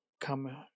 come